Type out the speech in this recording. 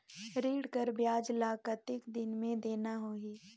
ऋण कर ब्याज ला कतेक दिन मे देना होही?